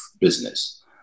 business